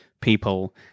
people